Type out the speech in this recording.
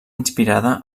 inspirada